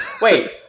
wait